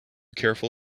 careful